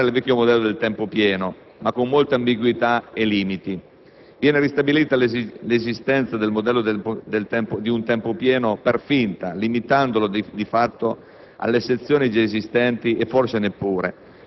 All'articolo 1 si tenta di ripristinare il vecchio modello del tempo pieno, con molte ambiguità e limiti. Viene ristabilita l'esistenza del modello di un tempo pieno per finta, limitandolo di fatto